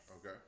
Okay